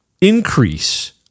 increase